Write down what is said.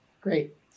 great